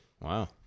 Wow